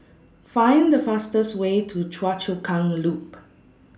Find The fastest Way to Choa Chu Kang Loop